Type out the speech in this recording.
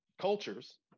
Cultures